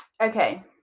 Okay